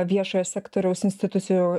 viešojo sektoriaus institucijų